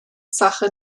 sache